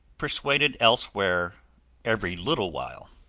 persuaded elsewhere every little while!